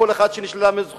כל אחד שנשללה ממנו הזכות,